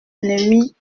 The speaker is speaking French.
ennemis